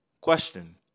Question